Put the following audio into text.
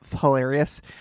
hilarious